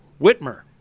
Whitmer